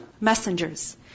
messengers